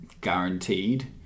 guaranteed